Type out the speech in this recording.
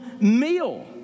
meal